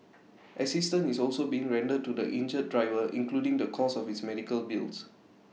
assistance is also being rendered to the injured driver including the cost of his medical bills